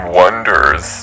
wonders